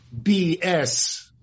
BS